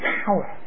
power